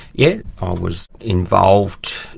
yeah ah was involved,